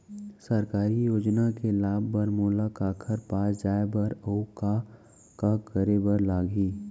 सरकारी योजना के लाभ बर मोला काखर पास जाए बर अऊ का का करे बर लागही?